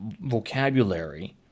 vocabulary